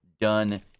done